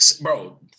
Bro